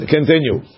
Continue